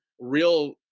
real